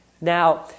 Now